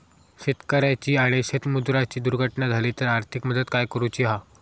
शेतकऱ्याची आणि शेतमजुराची दुर्घटना झाली तर आर्थिक मदत काय करूची हा?